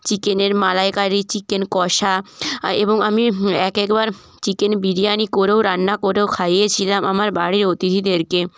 চিকেনের মালাইকারি চিকেন কষা এবং আমি এক একবার চিকেন বিরিয়ানি করেও রান্না করেও খাইয়েছিলাম আমার বাড়ির অতিথিদেরকে